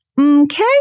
okay